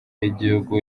y’igihugu